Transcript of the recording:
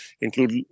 include